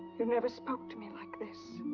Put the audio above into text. you never spoke to me like this.